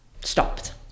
Stopped